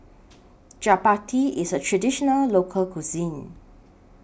Chapati IS A Traditional Local Cuisine